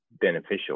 beneficial